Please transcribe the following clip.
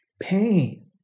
pain